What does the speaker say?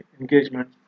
engagement